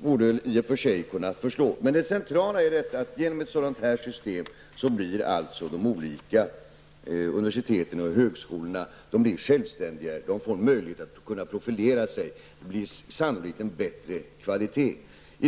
borde i och för sig förslå. Men det centrala är att de olika universiteten och högskolorna genom ett sådant förslag blir självständigare och får möjlighet att profilera sig, och det blir sannolikt en bättre kvalitet.